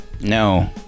No